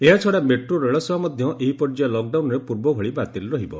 ଏହାଛଡ଼ା ମେଟ୍ରୋ ରେଳ ସେବା ମଧ୍ୟ ଏହି ପର୍ଯ୍ୟାୟ ଲକ୍ଡାଉନ୍ରେ ପୂର୍ବଭଳି ବାତିଲ୍ ରହିବ